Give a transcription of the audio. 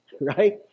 right